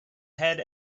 head